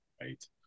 Right